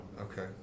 Okay